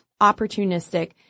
opportunistic